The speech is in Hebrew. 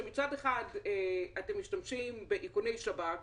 שמצד אחד אתם משתמשים באיכוני שב"כ,